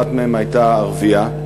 אחת מהן הייתה ערבייה,